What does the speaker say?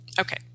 Okay